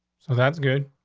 oh, that's good.